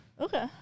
Okay